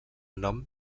nom